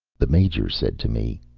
the major said to me